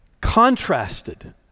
contrasted